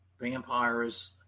vampires